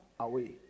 away